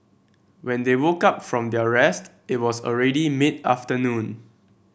when they woke up from their rest it was already mid afternoon